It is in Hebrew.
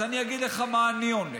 אז אני אגיד לך מה אני עונה.